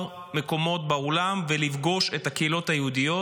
מקומות בעולם ולפגוש את הקהילות היהודיות.